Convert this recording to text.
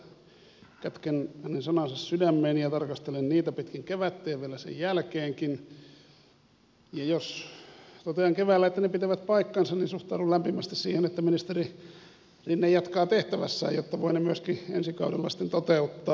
kätken hänen sanansa sydämeeni ja tarkastelen niitä pitkin kevättä ja vielä sen jälkeenkin ja jos totean keväällä että ne pitävät paikkansa suhtaudun lämpimästi siihen että ministeri rinne jatkaa tehtävässään jotta voi ne myöskin ensi kaudella sitten toteuttaa